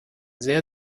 sehr